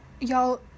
y'all